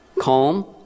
calm